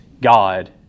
God